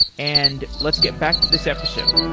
and let's get back to this episode